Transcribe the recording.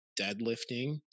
deadlifting